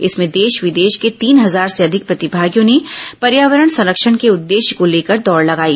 इसमें देश विदेश के तीन हजार से अधिक प्रतिमागियों ने पर्यावरण संरक्षण के उद्देश्य को लेकर दौड लगाई